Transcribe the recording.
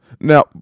Now